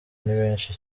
nibenshi